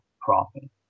profit